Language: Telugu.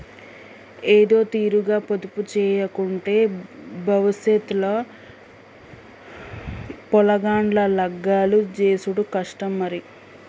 ఏదోతీరుగ పొదుపుజేయకుంటే బవుసెత్ ల పొలగాండ్ల లగ్గాలు జేసుడు కష్టం మరి